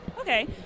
Okay